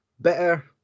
Bitter